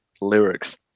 lyrics